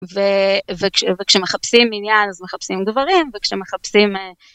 וכשמחפשים עניין אז מחפשים דברים וכשמחפשים.